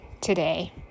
today